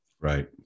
Right